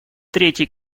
третий